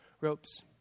ropes